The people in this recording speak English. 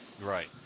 Right